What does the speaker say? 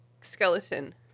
skeleton